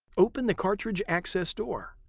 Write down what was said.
open the cartridge access door.